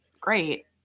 great